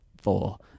four